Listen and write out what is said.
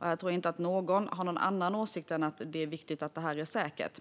Jag tror inte att någon har någon annan åsikt än att det är viktigt att detta är säkert.